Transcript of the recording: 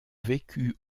vécu